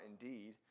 indeed